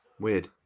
Weird